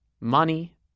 Money